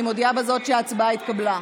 אני מודיעה בזאת שההצבעה התקבלה.